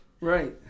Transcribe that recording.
Right